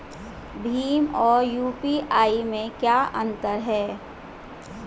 भीम और यू.पी.आई में क्या अंतर है?